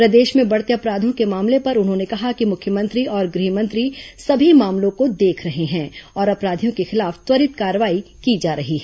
प्रदेश में बढ़ते अपराधों के मामलों पर उन्होंने कहा कि मुख्यमंत्री और गृह मंत्री सभी मामलों को देख रहे हैं और आरोपियों के खिलाफ त्वरित कार्रवाई की जा रही है